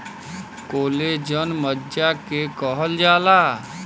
collagen मज्जा के कहल जाला